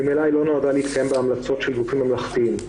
ממילא היא לא נועדה להתקיים בהמלצות של גופים ממלכתיים.